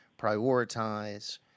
prioritize